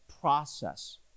process